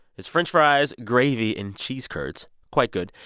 is french fries, gravy and cheese curds quite good.